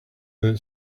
that